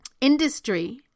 industry